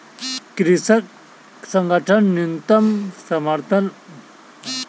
कृषक संगठन न्यूनतम समर्थन मूल्य के लेल प्रदर्शन केलक